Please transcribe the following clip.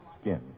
skin